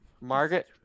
Margaret